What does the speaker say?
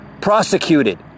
prosecuted